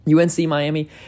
UNC-Miami